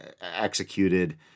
executed